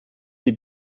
die